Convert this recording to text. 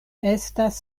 estas